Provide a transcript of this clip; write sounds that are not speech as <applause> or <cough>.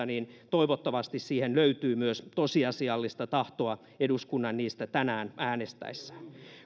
<unintelligible> niin toivottavasti siihen löytyy myös tosiasiallista tahtoa eduskunnan niistä tänään äänestäessä